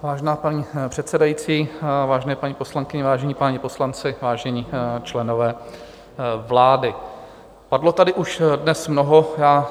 Vážená paní předsedající, vážené paní poslankyně, vážení páni poslanci, vážení členové vlády, padlo tady už dnes mnoho.